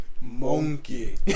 monkey